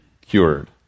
cured